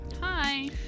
Hi